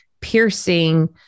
piercing